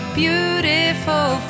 beautiful